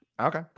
Okay